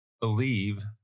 believe